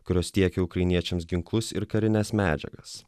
kurios tiekia ukrainiečiams ginklus ir karines medžiagas